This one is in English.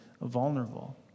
vulnerable